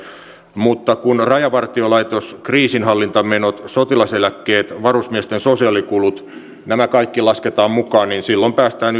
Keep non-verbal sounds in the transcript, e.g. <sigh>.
mutta kun rajavartiolaitos kriisinhallintamenot sotilaseläkkeet varusmiesten sosiaalikulut nämä kaikki lasketaan mukaan niin silloin päästään <unintelligible>